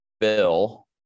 bill